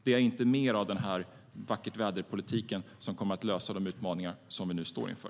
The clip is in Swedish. Det är inte mer av vackert-väder-politiken som kommer att lösa de utmaningar vi nu står inför.